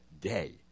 day